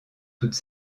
toute